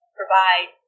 provide